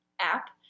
app